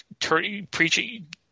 preaching –